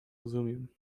rozumiem